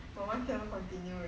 our O_N_W cannot continue already